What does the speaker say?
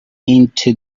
into